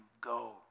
go